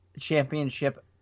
championship